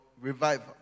revival